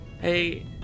Hey